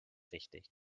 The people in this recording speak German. wichtig